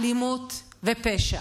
אלימות ופשע.